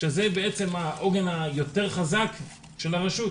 וזה בעצם העוגן היותר חזק של הרשות.